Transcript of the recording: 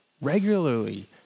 regularly